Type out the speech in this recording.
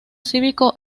cívico